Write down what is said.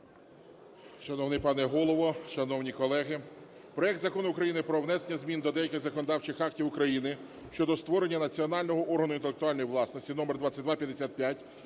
Шановний пане Голово, шановні колеги! Проект Закону України про внесення змін до деяких законодавчих актів України щодо створення національного органу інтелектуальної власності (№ 2255)